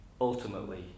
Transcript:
ultimately